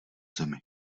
zemi